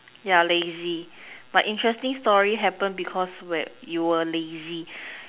yeah lazy but interesting story happen because when you were lazy